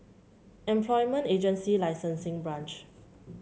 Employment Agency Licensing Branch